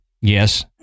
Yes